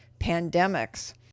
pandemics